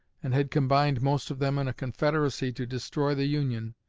and had combined most of them in a confederacy to destroy the union,